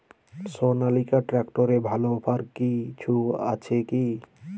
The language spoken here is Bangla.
সনালিকা ট্রাক্টরে ভালো অফার কিছু আছে কি?